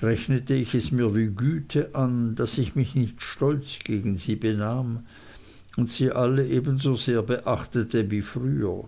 rechnete ich es mir wie güte an daß ich mich nicht stolz gegen sie benahm und sie alle ebenso sehr beachtete wie früher